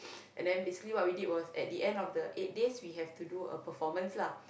and then basically what we did was at the end of the eight days we have to do a performance lah